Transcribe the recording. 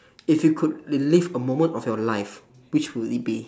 if you could relive a moment of your life which would it be